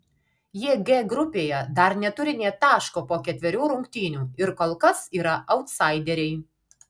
jie g grupėje dar neturi nė taško po ketverių rungtynių ir kol kas yra autsaideriai